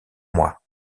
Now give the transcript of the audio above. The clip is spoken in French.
mois